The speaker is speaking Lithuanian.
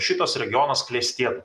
šitas regionas klestėtų